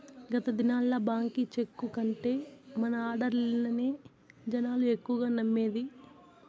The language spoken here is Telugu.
గత దినాల్ల బాంకీ చెక్కు కంటే మన ఆడ్డర్లనే జనాలు ఎక్కువగా నమ్మేది